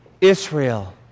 Israel